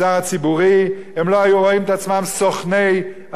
הם לא היו רואים את עצמם סוכני העולם המסחרי.